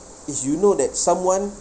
is you know that someone